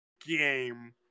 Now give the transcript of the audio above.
game